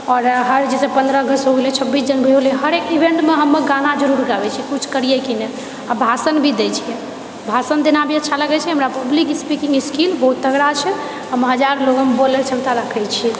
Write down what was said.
आओर हर जैसे पन्द्रह अगस्त हो गेलै छब्बीस जनवरी हो गेलै हर एक ईवेन्टमे हम गाना जरूर गाबै छियै किछु करिऐ कि नहि आ भाषण भी दै छियै भाषण देना भी अच्छा लगै छै हमरा पब्लिक स्पीकिंग स्किल बहुत तगड़ा छै हम हजार लोगमे बोलैके क्षमता राखै छी